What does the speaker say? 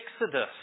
Exodus